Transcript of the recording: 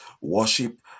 worship